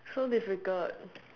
so difficult